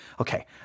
okay